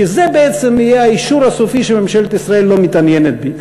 כי זה בעצם יהיה האישור הסופי שממשלת ישראל לא מתעניינת בי.